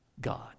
God